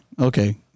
Okay